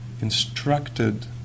instructed